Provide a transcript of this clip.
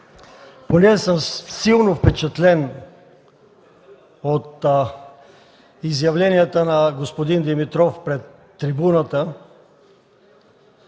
Понеже съм силно впечатлен от изявленията на господин Димитров пред трибуната